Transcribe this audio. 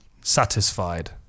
satisfied